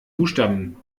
buchstaben